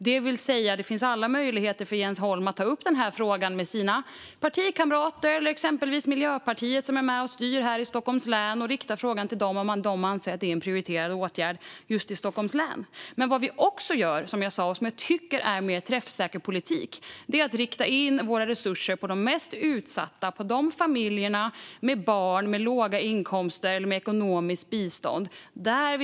Det finns alltså alla möjligheter för Jens Holm att ta upp denna fråga med sina partikamrater eller exempelvis Miljöpartiet, som är med och styr här i Stockholms län, och rikta frågan till dem om de anser att det är en prioriterad åtgärd just i Stockholms län. Men vad vi också gör, som jag sa och som jag tycker är mer träffsäker politik, är att rikta in våra resurser på de mest utsatta - på familjer med barn, med låga inkomster eller med ekonomiskt bistånd.